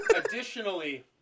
Additionally